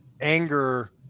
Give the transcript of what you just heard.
anger